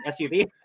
SUV